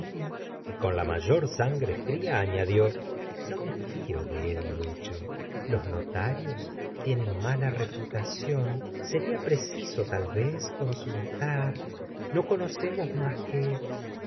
y con la mayor sangre fria añadió no me fío de él m ucho los notarios tienen ma la reputación seria preciso tal vez consultar no conocemos más que